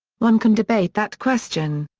one can debate that question.